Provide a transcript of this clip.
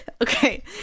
okay